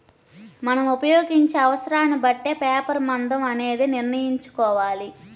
మనం ఉపయోగించే అవసరాన్ని బట్టే పేపర్ మందం అనేది నిర్ణయించుకోవాలి